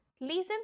listen